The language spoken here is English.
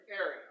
area